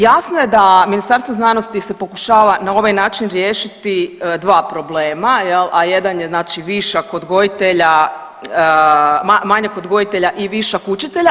Jasno je da Ministarstvo znanosti se pokušava na ovaj način riješiti dva problema, a jedan je znači višak odgojitelja, manjak odgojitelja i višak učitelja.